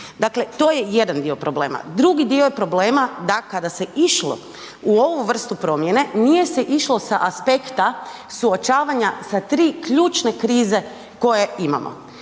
Dakle, to je jedan dio problema. Drugi dio problema da kada se išlo u ovu vrstu promjene nije se išlo sa aspekta suočavanja sa tri ključne krize koje imamo.